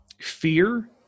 fear